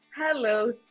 Hello